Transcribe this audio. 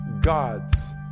God's